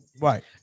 Right